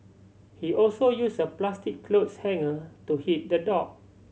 he also use a plastic clothes hanger to hit the dog